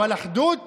אבל אחדות